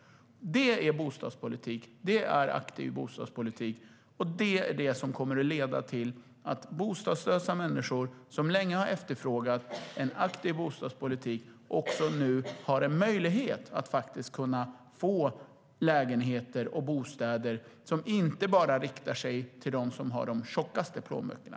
Det är bostadspolitik; det är aktiv bostadspolitik. Och det är det som kommer att leda till att bostadslösa människor som länge har efterfrågat en aktiv bostadspolitik nu har en möjlighet att få lägenheter och bostäder som inte bara riktar sig till dem som har de tjockaste plånböckerna.